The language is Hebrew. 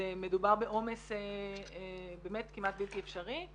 מדובר בעומס כמעט בלתי אפשרי.